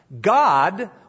God